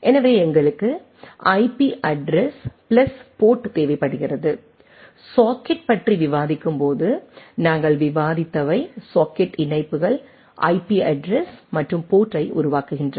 எனவே எங்களுக்கு IP address plus குறிப்பு நேரம் 0905 போர்ட் தேவைப்படுகிறது சாக்கெட் பற்றி விவாதிக்கும்போது நாங்கள் விவாதித்தவை சாக்கெட் இணைப்புகள் ஐபி அட்ரஸ் மற்றும் போர்ட்டை உருவாக்குகின்றன